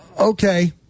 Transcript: Okay